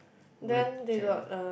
go and check lor